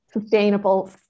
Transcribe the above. sustainable